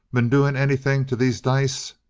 been doing anything to these dice?